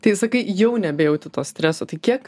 tai sakai jau nebejauti to streso tai kiek